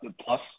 plus